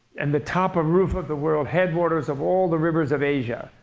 and the top of roof of the world, headwaters of all the rivers of asia,